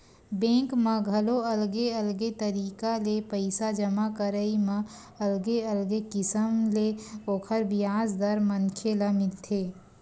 bank म घलो अलगे अलगे तरिका ले पइसा जमा करई म अलगे अलगे किसम ले ओखर बियाज दर मनखे ल मिलथे